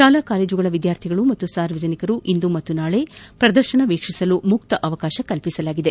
ಶಾಲಾ ಕಾಲೇಜುಗಳ ವಿದ್ಯಾರ್ಥಿಗಳು ಹಾಗೂ ಸಾರ್ವಜನಿಕರು ಇಂದು ಮತ್ತು ನಾಳೆ ಪ್ರದರ್ಶನ ವೀಕ್ಷಿಸಲು ಮುಕ್ತ ಅವಕಾಶ ಕಲ್ಪಿಸಲಾಗಿದೆ